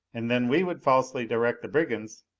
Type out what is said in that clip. and then we would falsely direct the brigands,